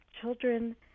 children